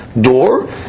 door